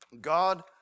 God